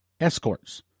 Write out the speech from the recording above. escorts